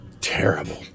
terrible